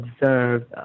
observed